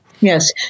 Yes